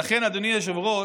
אדוני היושב-ראש,